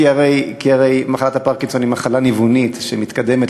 כי הרי מחלת הפרקינסון היא מחלה ניוונית שמתקדמת,